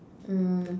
mm